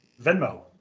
Venmo